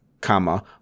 comma